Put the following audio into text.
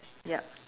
ya